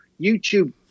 YouTube